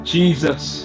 Jesus